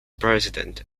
president